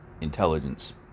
intelligence